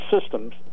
systems